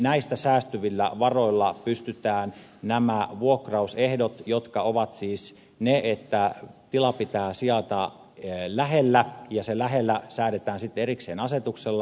näistä säästyvillä varoilla pystytään toteuttamaan nämä vuokrausehdot joista yksi on siis se että tilan pitää sijaita lähellä ja se lähellä säädetään sitten erikseen asetuksella